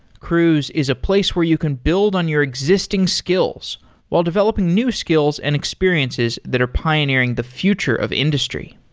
cruise is a place where you can build on your existing skills while developing new skills and experiences that are pioneering the future of industry.